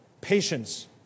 patience